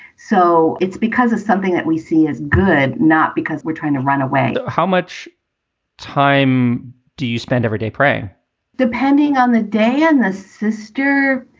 so it's because of something that we see as good, not because we're trying to run away how much time do you spend every day praying depending on the day and the sister?